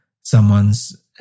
someone's